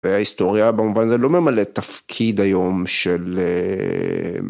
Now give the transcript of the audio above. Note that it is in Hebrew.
וההיסטוריה במובן זה לא ממלאת תפקיד היום של....